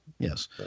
Yes